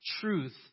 truth